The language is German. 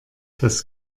das